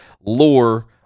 lore